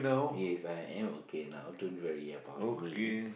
yes I am okay now don't worry about me